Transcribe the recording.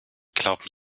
glauben